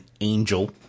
Angel